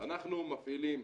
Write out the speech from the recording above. אנחנו מפעילים,